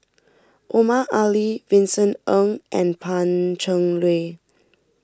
Omar Ali Vincent Ng and Pan Cheng Lui